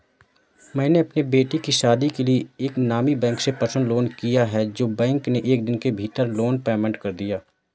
मैंने अपने बेटे की शादी के लिए एक नामी बैंक से पर्सनल लोन लिया है जो बैंक ने एक दिन के भीतर लोन पेमेंट कर दिया